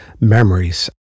memories